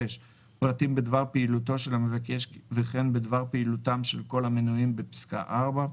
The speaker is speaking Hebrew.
פרטים בדבר פעילותו של המבקש וכן בדבר פעילותם של כל המנויים בפסקה (4),